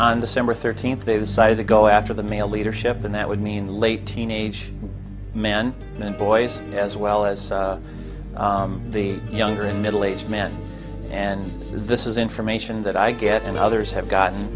on december thirteenth they decided to go after the male leadership and that would mean late teenage men and boys as well as the younger and middle aged men and this is information that i get and others have gotten